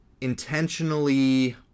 intentionally